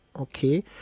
Okay